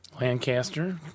Lancaster